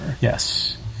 yes